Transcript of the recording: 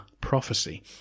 prophecy